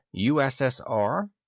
USSR